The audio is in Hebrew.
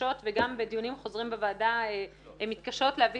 שמתקשות וגם בדיונים חוזרים בוועדה מתקשות להביא